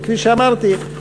וכפי שאמרתי,